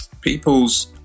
people's